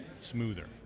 smoother